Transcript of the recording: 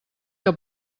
que